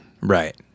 Right